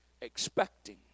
expecting